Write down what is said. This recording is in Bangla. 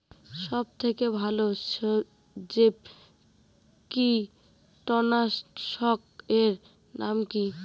সব থেকে ভালো জৈব কীটনাশক এর নাম কি?